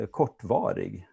kortvarig